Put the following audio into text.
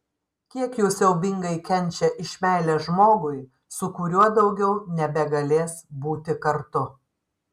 kiek jų siaubingai kenčia iš meilės žmogui su kuriuo daugiau nebegalės būti kartu